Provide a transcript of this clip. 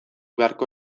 beharko